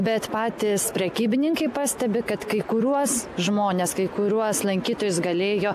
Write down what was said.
bet patys prekybininkai pastebi kad kai kuriuos žmones kai kuriuos lankytojus galėjo